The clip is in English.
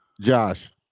Josh